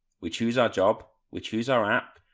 we choose our job, we choose our app,